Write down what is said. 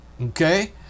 okay